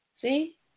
See